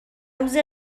روز